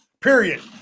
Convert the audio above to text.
Period